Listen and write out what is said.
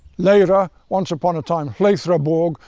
lejre, ah once upon a time ledreborg,